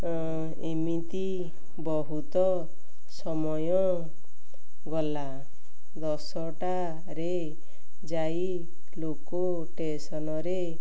ଏମିତି ବହୁତ ସମୟ ଗଲା ଦଶଟାରେ ଯାଇ ଲୋକ ଷ୍ଟେସନ୍ରେ